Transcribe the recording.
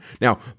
Now